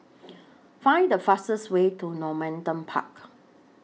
Find The fastest Way to Normanton Park